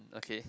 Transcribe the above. okay